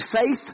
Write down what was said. faith